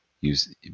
use